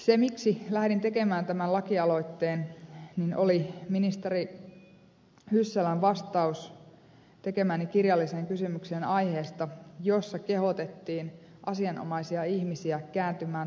se miksi lähdin tekemään tämän lakialoitteen oli ministeri hyssälän vastaus tekemääni kirjalliseen kysymykseen aiheesta jossa kehoitettiin asianomaisia ihmisiä kääntymään toimeentuloluukun puoleen